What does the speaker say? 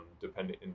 depending